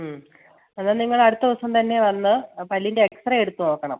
മ്മ് എന്നാൽ നിങ്ങൾ അടുത്ത ദിവസം തന്നെ വന്നു പല്ലിൻ്റെ എക്സ് റേ എടുത്തുനോക്കണം